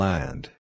Land